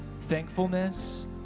thankfulness